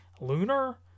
Lunar